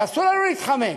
אבל אסור לנו להתחמק,